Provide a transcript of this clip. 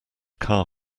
car